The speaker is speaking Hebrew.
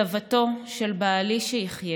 סבתו של בעלי שיחיה,